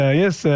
yes